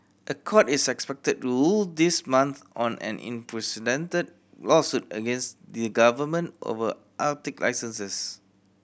a court is expected to rule this month on an lawsuit against the government over Arctic licenses